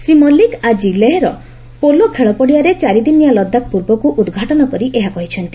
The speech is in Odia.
ଶ୍ରୀ ମଲ୍ଲିକ ଆଜି ଲେହେର ପୋଲୋ ଖେଳପଡିଆରେ ଚାରିଦିନିଆ ଲଦାଖ ପର୍ବକୁ ଉଦ୍ଘାଟନ କରି ଏହା କହିଛନ୍ତି